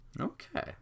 Okay